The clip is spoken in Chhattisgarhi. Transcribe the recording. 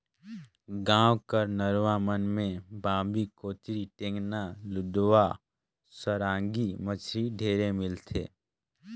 गाँव कर नरूवा मन में बांबी, कोतरी, टेंगना, लुदवा, सरांगी मछरी ढेरे मिलथे